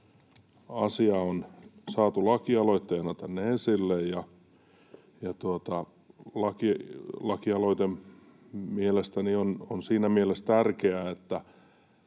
asia on saatu lakialoitteena tänne esille. Lakialoite mielestäni on siinä mielessä tärkeä, että